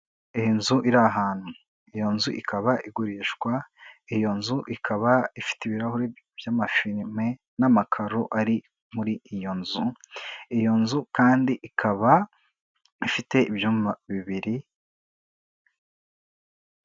Inzu iri ahantu. Iyo nzu ikaba igurishwa, iyo nzu ikaba ifite ibirahuri by'amafirime n'amakaro ari muri iyo nzu, iyo nzu kandi ikaba ifite ibyumba bibiri...